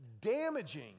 damaging